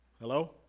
Hello